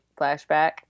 flashback